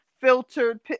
filtered